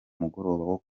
mugoroba